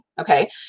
okay